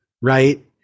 right